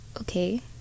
okay